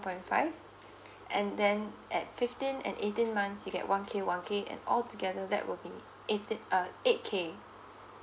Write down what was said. point five and then at fifteen and eighteen months you get one K one K and all together that will be eighteen uh eight K